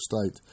state